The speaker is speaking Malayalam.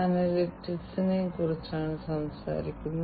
അപ്പോൾ സ്ക്രീനിൽ എനിക്ക് രണ്ട് കാര്യങ്ങളുടെ മൂല്യം ലഭിക്കണം